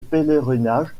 pèlerinage